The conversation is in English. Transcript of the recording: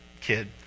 kid